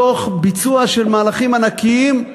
מתוך ביצוע של מהלכים ענקיים,